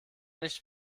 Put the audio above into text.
nicht